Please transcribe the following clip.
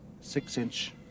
Six-inch